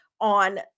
on